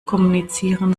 kommunizieren